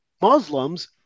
Muslims